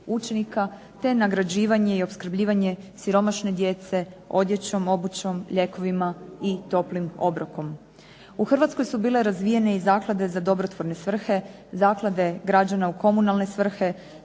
učenika, te nagrađivanje i opskrbljivanje siromašne djece odjećom, obućom, lijekovima i toplim obrokom. U Hrvatskoj su bile razvijene i zaklade za dobrotvorne svrhe, zaklade građana u komunalne svrhe,